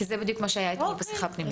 כי זה בדיוק מה שהיה אתמול בשיחה הפנימית.